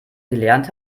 gelernt